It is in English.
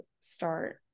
start